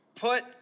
put